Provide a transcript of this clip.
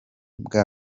bwa